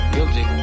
Guilty